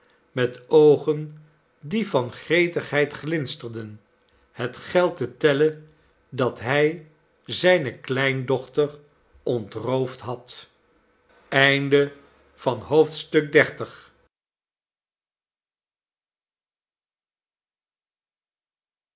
met oogen die van gretigheid glinsterden het geld te tellen dat hij zijne kleindochter ontroofd had